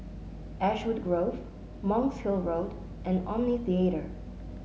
Ashwood Grove Monk's Hill Road and Omni Theatre